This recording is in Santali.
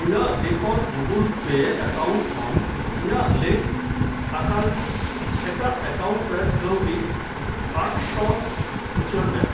ᱤᱧᱟᱹᱜ ᱰᱤᱯᱷᱚᱞᱴ ᱜᱩᱜᱳᱞ ᱯᱮ ᱮᱠᱟᱣᱩᱱᱴ ᱠᱷᱚᱱ ᱤᱧᱟᱹᱜ ᱞᱤᱝᱠ ᱟᱠᱟᱱ ᱮᱴᱟᱜ ᱮᱠᱟᱣᱩᱱᱴ ᱨᱮ ᱠᱟᱣᱰᱤ ᱟᱴᱥᱚ ᱩᱪᱟᱹᱲ ᱢᱮ